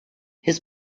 his